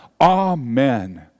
Amen